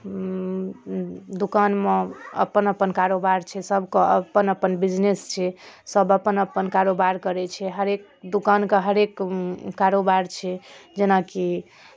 दोकानमे अपन अपन कारोबार छै सभके अपन अपन बिजनेस छै सभ अपन अपन कारोबार करै छै हरेक दोकानके हरेक कारोबार छै जेनाकि